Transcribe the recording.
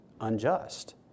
unjust